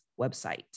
website